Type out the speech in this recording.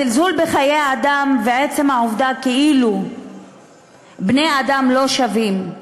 הזלזול בחיי אדם ועצם העובדה כאילו בני-אדם לא שווים,